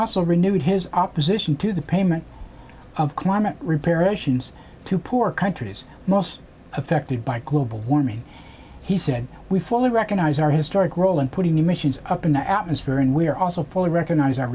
also renewed his opposition to the payment of climate repair actions to poor countries most affected by global warming he said we fully recognize our historic role in putting emissions up in the atmosphere and we are also fully recognize our